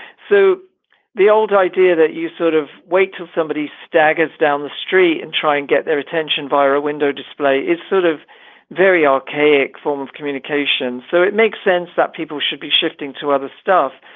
so the old idea that you sort of wait somebody staggers down the street and try and get their attention via a window display is sort of very archaic form of communication. so it makes sense that people should be shifting to other stuff.